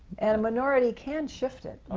and minority can shift it,